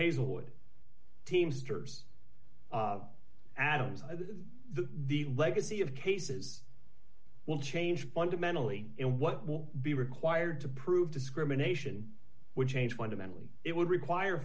hazlewood teamster's of adams the the legacy of cases will change fundamentally and what will be required to prove discrimination would change fundamentally it would require